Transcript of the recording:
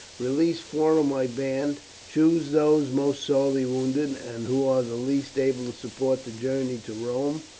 release four of my band choose those most sorely wounded, and who are the least able to support the journey to rome.